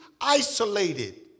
isolated